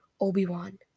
Obi-Wan